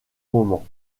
moment